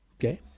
Okay